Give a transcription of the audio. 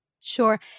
Sure